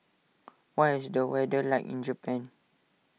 what is the weather like in Japan